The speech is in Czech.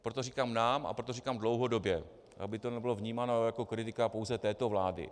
Proto říkám nám a proto říkám dlouhodobě, aby to nebylo vnímáno jako kritika pouze této vlády.